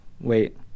Wait